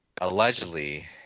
Allegedly